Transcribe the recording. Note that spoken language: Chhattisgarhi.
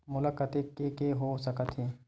मोला कतेक के के हो सकत हे?